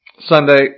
Sunday